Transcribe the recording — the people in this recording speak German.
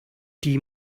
die